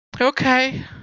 Okay